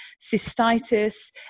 cystitis